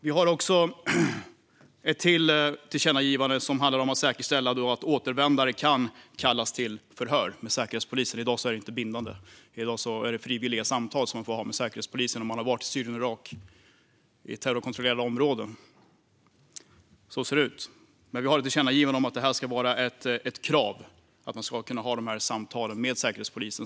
Vi har ytterligare ett tillkännagivande, som handlar om att säkerställa att återvändare kan kallas till förhör med Säkerhetspolisen. I dag är detta inte bindande, utan man får ha frivilliga samtal med Säkerhetspolisen om man har varit i terrorkontrollerade områden i Syrien och Irak. Så ser det ut. Men vi har alltså ett tillkännagivande om att det ska vara ett krav att ha dessa samtal med Säkerhetspolisen.